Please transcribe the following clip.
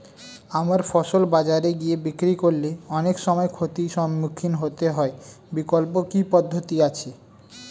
আমার ফসল বাজারে গিয়ে বিক্রি করলে অনেক সময় ক্ষতির সম্মুখীন হতে হয় বিকল্প কি পদ্ধতি আছে?